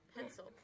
Pencil